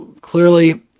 Clearly